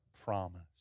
Promise